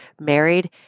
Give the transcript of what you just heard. married